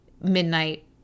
midnight